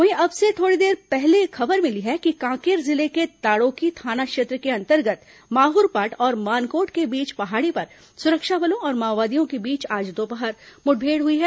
वहीं अब से थोड़ी देर पहले खबर मिली है कि कांकेर जिले के ताड़ोकी थाना क्षेत्र के अंतर्गत माहुरपाट और मानकोट के बीच पहाड़ी पर सुरक्षा बलों और माओवादियों के बीच आज दोपहर मुठभेड़ हुई है